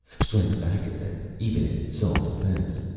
strike back at them, even in self-defense,